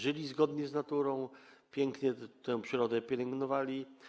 Żyli zgodnie z naturą, pięknie tę przyrodę pielęgnowali.